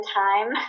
time